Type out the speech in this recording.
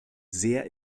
sehr